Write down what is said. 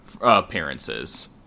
appearances